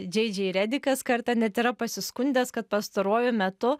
džei džei redikas kartą net yra pasiskundęs kad pastaruoju metu